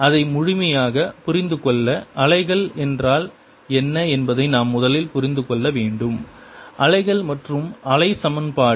அதை முழுமையாக புரிந்து கொள்ள அலைகள் என்றால் என்ன என்பதை நாம் முதலில் புரிந்து கொள்ள வேண்டும் அலைகள் மற்றும் அலை சமன்பாடு